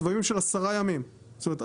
סבבים של 10 ימים זאת אומרת,